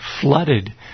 flooded